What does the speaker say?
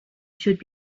should